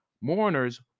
Mourners